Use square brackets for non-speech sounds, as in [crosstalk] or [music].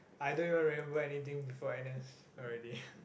I don't even remember anything before n_s already [breath]